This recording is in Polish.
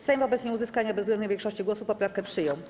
Sejm wobec nieuzyskania bezwzględnej większości głosów poprawkę przyjął.